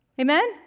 Amen